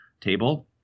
table